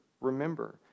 remember